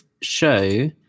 show